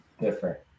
different